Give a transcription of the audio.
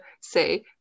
say